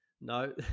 no